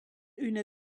üna